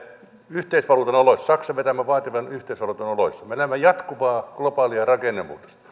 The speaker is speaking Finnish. yhteisvaluutan oloissa saksan vetämän vaativan yhteisvaluutan oloissa me elämme jatkuvaa globaalia rakennemuutosta